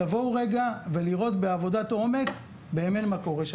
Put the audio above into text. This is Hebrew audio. תבואו רגע לראות באמת בעבודת עומק מה קורה שם.